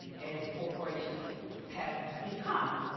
as corporations have become.